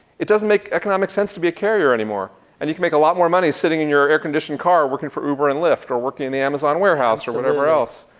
it doesn't make economic sense to be a carrier anymore. and you can make a lot more money sitting in your air conditioned car working for uber and lyft or working in the amazon warehouse or whatever else.